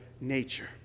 nature